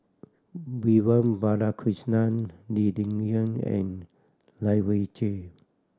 Vivian Balakrishnan Lee Ling Yen and Lai Weijie